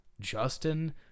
Justin